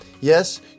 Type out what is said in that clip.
Yes